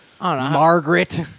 Margaret